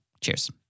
Cheers